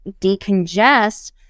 decongest